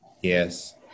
Yes